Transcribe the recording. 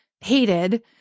hated